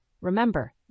Remember